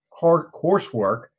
coursework